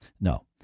No